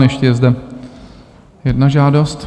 Ještě je zde jedna žádost.